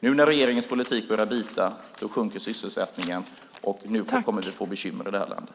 Nu när regeringens politik börjar bita sjunker sysselsättningen. Nu kommer vi att få bekymmer i det här landet.